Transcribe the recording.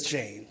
Jane